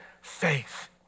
faith